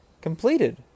completed